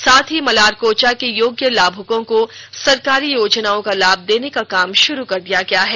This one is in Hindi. साथ ही मलारकोचा के योग्य लाभुकों को सरकारी योजनाओं का लाभ देने का काम शुरू कर दिया गया है